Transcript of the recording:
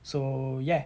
so ya